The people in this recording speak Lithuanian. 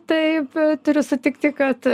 taip turiu sutikti kad